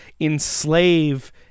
enslave